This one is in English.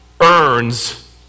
earns